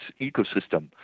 ecosystem